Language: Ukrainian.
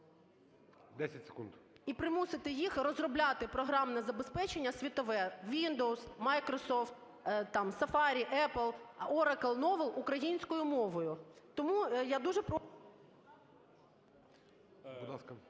Т.Г. І примусити їх розробляти програмне забезпечення світове: Windows, Microsoft, там, Safari, Apple, Oracle (novel) українською мовою. Тому я дуже… ГОЛОВУЮЧИЙ. Будь ласка.